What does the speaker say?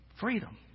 Freedom